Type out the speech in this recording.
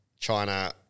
China